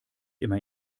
immer